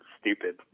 stupid